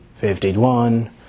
fifty-one